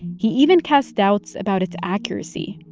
he even cast doubts about its accuracy.